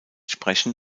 sprechen